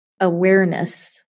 awareness